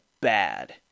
bad